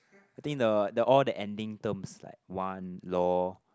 I think the the all the ending terms like one lor